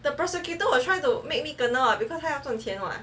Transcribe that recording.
the prosecutor will try to make me cannot because 还要挣钱 ah